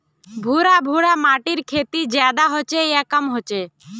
भुर भुरा माटिर खेती ज्यादा होचे या कम होचए?